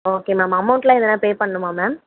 okay ma'am அமௌன்ட்லாம் எதன்னா pay பண்ணும்மா மேம்